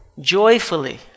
Joyfully